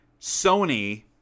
sony